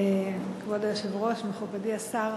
כבוד היושב-ראש, מכובדי השר,